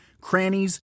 crannies